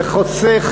שחוסך,